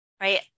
right